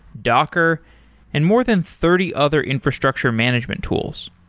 docker and more than thirty other infrastructure management tools.